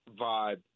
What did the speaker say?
vibe